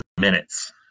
minutes